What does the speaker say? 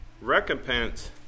Recompense